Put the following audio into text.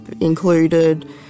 included